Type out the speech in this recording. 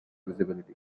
visibility